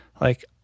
like-